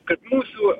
kad mūsų